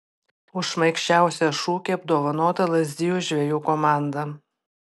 už šmaikščiausią šūkį apdovanota lazdijų žvejų komanda